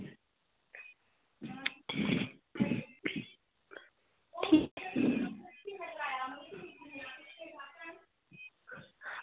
भी